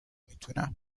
نمیتونم